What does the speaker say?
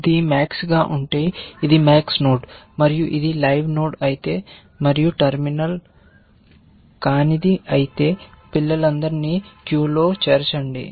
ఇది max గా ఉంటే ఇది max నోడ్ మరియు ఇది లైవ్ నోడ్ అయితే మరియు టెర్మినల్ కానిది అయితే చైల్డ్ నోడ్స్ అన్నిటిని క్యూలో చేర్చండి